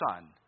Son